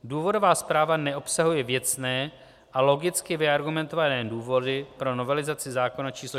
Důvodová zpráva neobsahuje věcné a logicky vyargumentované důvody pro novelizaci zákona č. 428/2012 Sb.